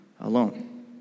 alone